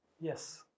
Yes